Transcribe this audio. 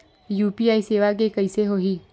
UPI सेवा के कइसे होही?